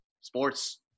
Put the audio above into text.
sports